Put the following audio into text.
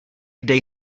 kde